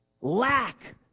lack